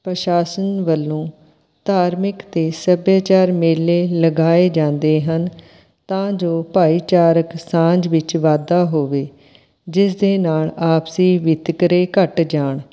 ਪ੍ਰਸ਼ਾਸਨ ਵੱਲੋਂ ਧਾਰਮਿਕ ਅਤੇ ਸੱਭਿਆਚਾਰ ਮੇਲੇ ਲਗਾਏ ਜਾਂਦੇ ਹਨ ਤਾਂ ਜੋ ਭਾਈਚਾਰਕ ਸਾਂਝ ਵਿੱਚ ਵਾਧਾ ਹੋਵੇ ਜਿਸ ਦੇ ਨਾਲ਼ ਆਪਸੀ ਵਿਤਕਰੇ ਘੱਟ ਜਾਣ